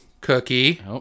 Cookie